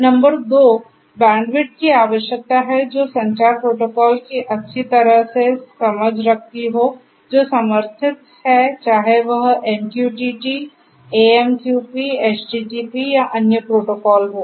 number दो bandwidth की आवश्यकता है जो संचार प्रोटोकॉल को अच्छी तरह से समझती है जो समर्थित हैं चाहे वह एमक्यूटीटी या अन्य प्रोटोकॉल हो